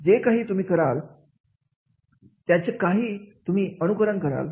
जे काही तुम्ही कराल याचे काही तुम्ही अनुकरण कराल